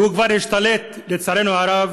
כי הוא כבר השתלט, לצערנו, עליה,